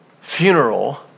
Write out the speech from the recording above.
funeral